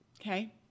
Okay